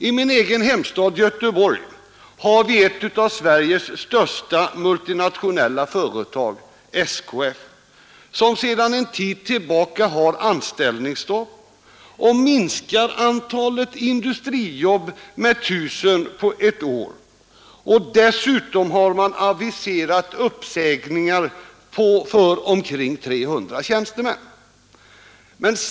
I min egen hemstad, Göteborg, har vi ett av Sveriges största multinationella företag, SKF, som sedan en tid tillbaka har anställningsstopp och minskar antalet industrijobb med 1 000 på ett år. Dessutom har man aviserat uppsägningar för omkring 300 tjänstemän.